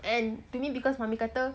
and to me because mummy kata